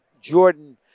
Jordan